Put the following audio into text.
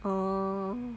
oh